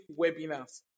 webinars